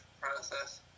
process